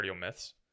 myths